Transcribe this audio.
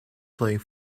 playing